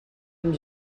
amb